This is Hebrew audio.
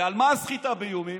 ועל מה הסחיטה באיומים,